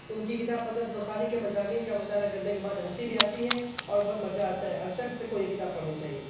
ان کی کتاب پطرس بخاری کے مضامین کا مطالعہ کرنے کے بعد ہنسی بھی آتی ہے اور بہت مزہ آتا ہے ہر شخص کو یہ کتاب پڑھنی چاہیے